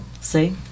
See